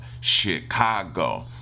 Chicago